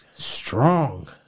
strong